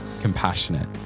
compassionate